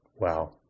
Wow